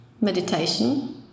meditation